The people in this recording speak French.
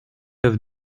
neuf